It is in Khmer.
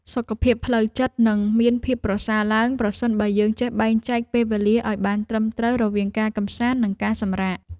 សុខភាពផ្លូវចិត្តនឹងមានភាពប្រសើរឡើងប្រសិនបើយើងចេះបែងចែកពេលវេលាឱ្យបានត្រឹមត្រូវរវាងការកម្សាន្តនិងការសម្រាក។